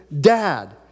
Dad